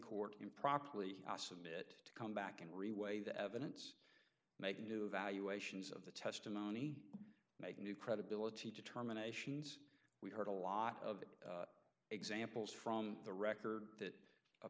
court improperly i submit to come back and re weigh the evidence make do evaluations of the testimony make new credibility determinations we heard a lot of examples from the record that